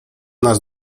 nas